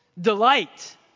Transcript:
Delight